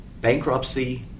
bankruptcy